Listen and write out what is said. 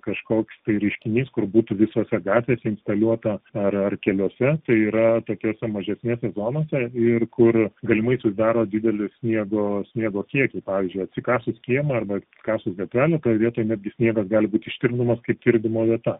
kažkoks tai reiškinys kur būtų visose gatvėse instaliuota ar ar keliuose tai yra tokiose mažesnėse zonose ir kur galimai susidaro dideli sniego sniego kiekiai pavyzdžiui atsikasus kiemą arba atkasus gatvelę toj vietoj netgi sniegas galbūt ištirpdomas kaip tirpdymo vieta